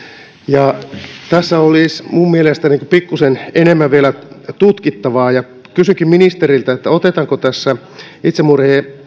ja tässä olisi minun mielestäni pikkuisen enemmän vielä tutkittavaa kysynkin ministeriltä otetaanko tässä itsemurhien